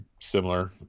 similar